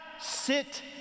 sit